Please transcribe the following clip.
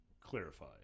clarify